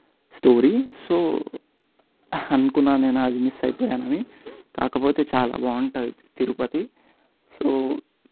story so అనుకున్ననేను అది miss అయిపోయానని కాకపోతే చాలా బాగుంటుంది తిరుపతి సో